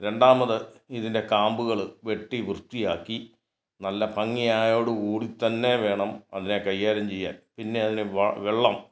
രണ്ടാമത് ഇതിന്റെ കാമ്പുകൾ വെട്ടി വൃത്തിയാക്കി നല്ല ഭംഗിയായതോട് കൂടി തന്നെ വേണം അതിനെ കൈകാര്യം ചെയ്യാന് പിന്നെ അതിനെ വ വെള്ളം